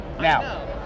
Now